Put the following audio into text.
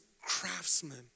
craftsman